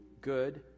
good